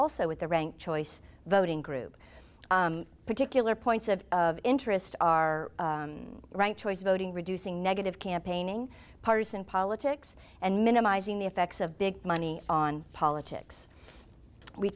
also with the rank choice voting group particular points of interest are right choice voting reducing negative campaigning partisan politics and minimizing the effects of big money on politics we